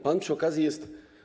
Pan przy okazji jest.